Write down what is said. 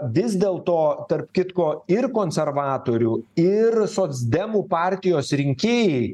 vis dėlto tarp kitko ir konservatorių ir socdemų partijos rinkėjai